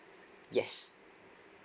yes